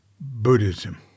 Buddhism